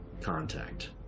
contact